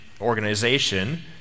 organization